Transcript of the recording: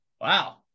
wow